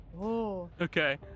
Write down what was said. Okay